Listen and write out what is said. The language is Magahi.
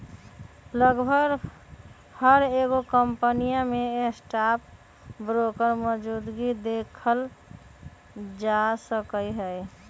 लगभग हर एगो कम्पनीया में स्टाक ब्रोकर मौजूदगी देखल जा सका हई